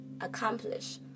accomplish